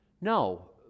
no